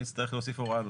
נצטרך להוסיף הוראה נוספת.